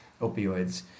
opioids